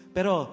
Pero